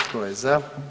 Tko je za?